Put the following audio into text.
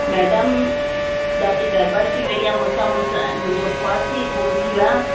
madam ॾाढी गड़ॿड़ थी वई आहे मूं सां मूं सां मुंहिंजो पर्स ई गुम थी वियो आहे